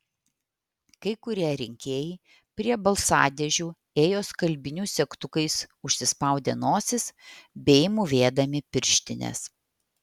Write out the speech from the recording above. kai kurie rinkėjai prie balsadėžių ėjo skalbinių segtukais užsispaudę nosis bei mūvėdami pirštines